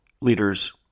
leaders